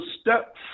step